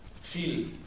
feel